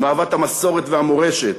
עם אהבת המסורת והמורשת,